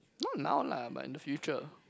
not now lah but in the future